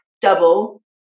double